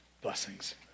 Blessings